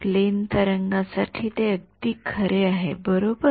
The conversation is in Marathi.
प्लेन तरंगा साठी ते अगदी खरे आहेबरोबर